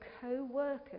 co-workers